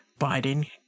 Biden –